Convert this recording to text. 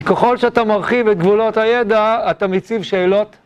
ככל שאתה מרחיב את גבולות הידע, אתה מציב שאלות.